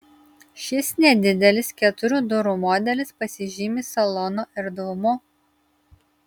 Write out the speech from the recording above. šis nedidelis keturių durų modelis pasižymi salono erdvumu